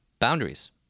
boundaries